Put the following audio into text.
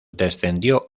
descendió